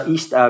East